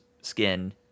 skin